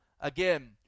again